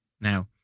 Now